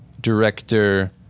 director